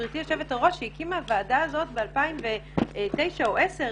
הממלכתית שהקימה הוועדה הזאת ב-2009 או ב-2010,